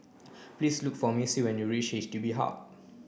please look for Missie when you reach H D B Hub